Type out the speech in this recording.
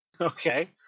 Okay